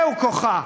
זהו כוחה.